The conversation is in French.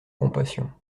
compassion